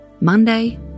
Monday